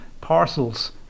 parcels